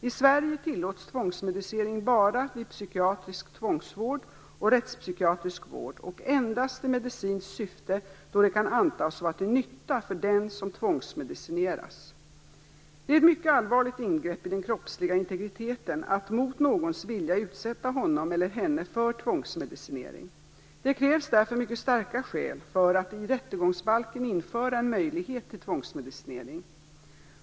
I Sverige tillåts tvångsmedicinering bara vid psykiatrisk tvångsvård och rättspsykiatrisk vård och endast i medicinskt syfte då det kan antas vara till nytta för den som tvångsmedicineras. Det är ett mycket allvarligt ingrepp i den kroppsliga integriteten att mot någons vilja utsätta honom eller henne för tvångsmedicinering. Det krävs därför mycket starka skäl för att i rättegångsbalken införa en möjlighet till tvångsmedicinering.